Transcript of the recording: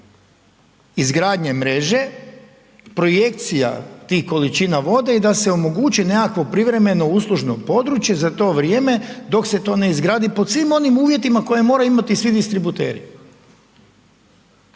izgradnje mreže projekcija tih količina vode i da se omogući nekakvo privremeno uslužno područje za to vrijeme dok se to ne izgradi, pod svim onim uvjetima koje moraju imati svi distributeri.